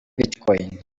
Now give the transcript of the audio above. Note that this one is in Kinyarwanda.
bitcoins